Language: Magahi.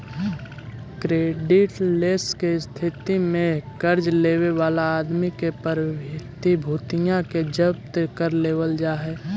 क्रेडिटलेस के स्थिति में कर्ज लेवे वाला आदमी के प्रतिभूतिया के जब्त कर लेवल जा हई